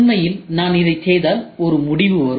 உண்மையில் இதைச் செய்தால் நமக்கு ஒரு முடிவு வரும்